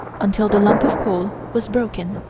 until the lump of coal was broken.